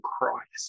Christ